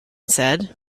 said